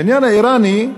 בעניין האיראני,